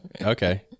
Okay